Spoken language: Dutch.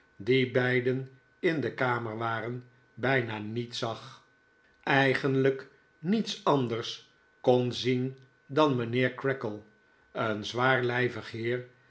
die beiden in de kamer waren bijna niet zag eigenlijk niets anders kon zien dan mijnheer creakle een zwaarlijvig heer